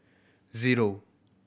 zero